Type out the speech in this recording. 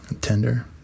Tender